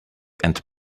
and